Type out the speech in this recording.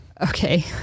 okay